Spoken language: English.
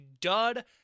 dud